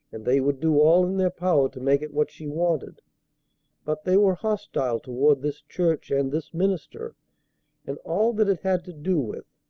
and they would do all in their power to make it what she wanted but they were hostile toward this church and this minister and all that it had to do with.